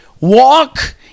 Walk